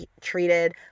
treated